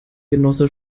genosse